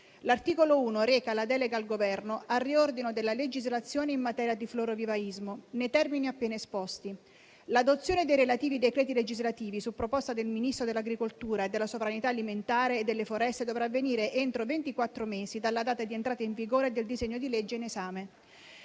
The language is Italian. L'articolo 1 reca la delega al Governo per il riordino della legislazione in materia di florovivaismo nei termini appena esposti. L'adozione dei relativi decreti legislativi, su proposta del Ministro dell'agricoltura, della sovranità alimentare e delle foreste dovrà avvenire entro ventiquattro mesi dalla data di entrata in vigore del disegno di legge in esame.